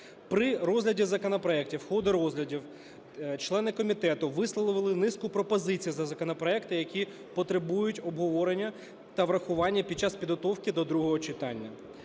При розгляді законопроектів, в ході розглядів члени комітету висловили низку пропозицій за законопроекти, які потребують обговорення та врахування під час підготовки до другого читання.